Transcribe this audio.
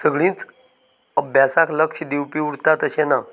सगळींच अभ्यासाक लक्ष दिवपी उरतात अशें ना